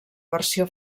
versió